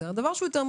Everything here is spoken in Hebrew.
זה יותר מורכב.